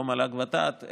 לא מל"ג-ות"ת,